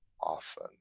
often